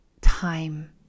time